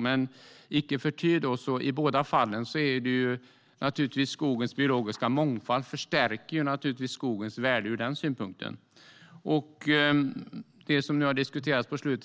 Men icke förty förstärker skogens biologiska mångfald i båda fallen skogens värde. Upplevelseturismen har diskuterats här på slutet.